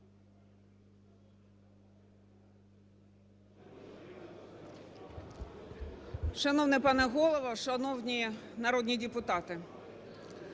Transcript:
Шановний пане Голово, шановні народні депутати!